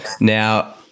Now